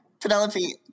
Penelope